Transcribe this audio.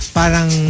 parang